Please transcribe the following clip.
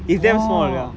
!wah!